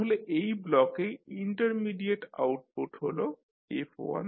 তাহলে এই ব্লকে ইন্টারমিডিয়েট আউটপুট হল F1